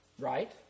Right